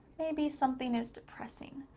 maybe something is depressing.